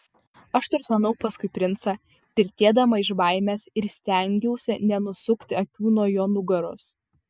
aš tursenau paskui princą tirtėdama iš baimės ir stengiausi nenusukti akių nuo jo nugaros